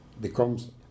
becomes